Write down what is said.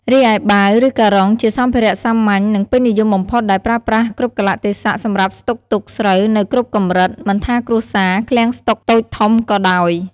រីឯបាវ ឬការុង ជាសម្ភារៈសាមញ្ញ និងពេញនិយមបំផុតដែលប្រើប្រាស់គ្រប់កាលៈទេសៈសម្រាប់ស្តុកទុកស្រូវនៅគ្រប់កម្រិត មិនថាគ្រួសារ ឃ្លាំងស្តុកតូចធំក៏ដោយ។